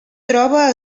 troba